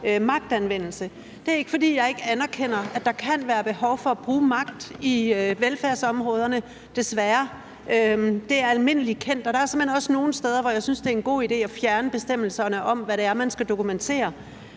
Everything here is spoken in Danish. Det er ikke, fordi jeg ikke anerkender, at der kan være behov for at bruge magt i velfærdsområderne – desværre. Det er almindeligt kendt. Og der er simpelt hen også nogle steder, hvor jeg synes, det er en god idé at fjerne bestemmelserne om, hvad det er, man skal dokumentere.